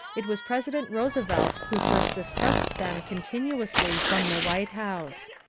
it was president roosevelt who first discussed them continuously from the white house.